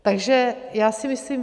Takže si myslím...